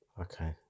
Okay